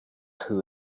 who